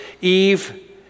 Eve